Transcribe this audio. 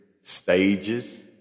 stages